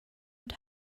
mit